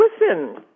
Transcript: listen